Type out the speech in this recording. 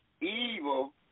evil